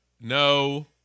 No